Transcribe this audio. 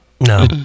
No